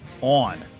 on